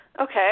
Okay